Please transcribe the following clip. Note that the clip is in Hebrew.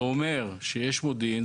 זה אומר שיש מודיעין,